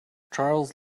charles